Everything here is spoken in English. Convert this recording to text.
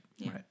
Right